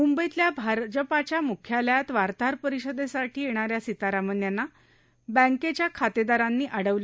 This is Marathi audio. मुंबईतल्या भारतीय जनता पक्षाच्या मुख्यालयात वार्ताहर परिषदेसाठी येणा या सीतारामन यांना बँकेच्या खातेदारांनी अडवलं